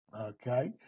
okay